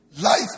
Life